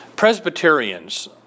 Presbyterians